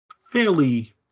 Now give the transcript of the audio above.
fairly